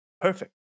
Perfect